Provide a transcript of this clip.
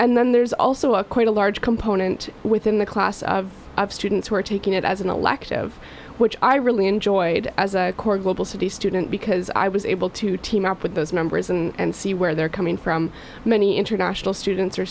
and then there's also a quite a large component within the class of students who are taking it as an elective which i really enjoyed as a global city student because i was able to team up with those numbers and see where they're coming from many international students are